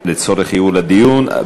לצורך ייעול הדיון.